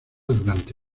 durante